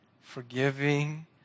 forgiving